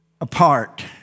apart